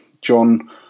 John